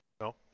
No